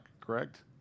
correct